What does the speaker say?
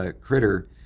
critter